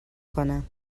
کنم